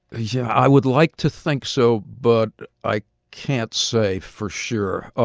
yeah. i would like to think so, but i can't say for sure.